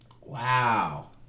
Wow